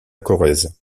corrèze